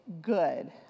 good